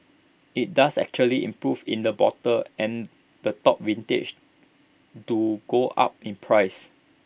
IT does actually improve in the bottle and the top vintages do go up in price